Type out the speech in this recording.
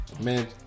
Man